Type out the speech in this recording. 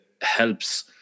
helps